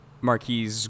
Marquis